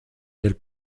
del